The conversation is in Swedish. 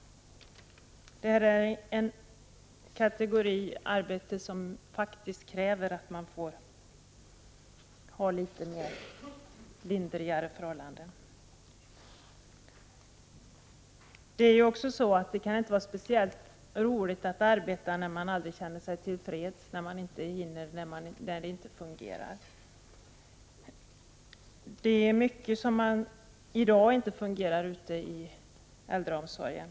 Detta är en typ av arbete som faktiskt kräver att personalen får litet lindrigare förhållanden. Det kan inte heller vara speciellt roligt att arbeta när man aldrig känner sig till freds och arbetet inte fungerar. Det är mycket som i dag inte fungerar i äldreomsorgen.